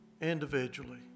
individually